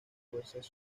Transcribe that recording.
fuerzas